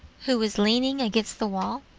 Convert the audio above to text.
who is leaning against the wall?